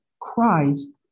Christ